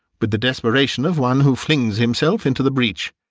but the desperation of one who flings himself into the breach.